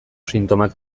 sintomak